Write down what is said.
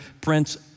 Prince